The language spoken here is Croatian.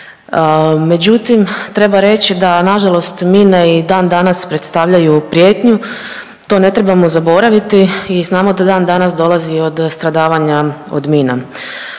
Međutim, treba reći da na žalost mine i dan danas predstavljaju prijetnju. To ne trebamo zaboraviti i znamo da dan danas dolazi od stradavanja od mina.